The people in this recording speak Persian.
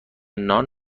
نان